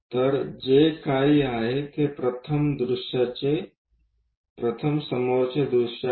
तर जे काही आहे ते प्रथम समोरचे दृश्य आहे